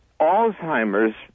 Alzheimer's